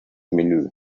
menü